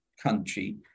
country